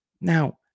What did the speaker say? Now